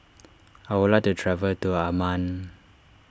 I would like to travel to Amman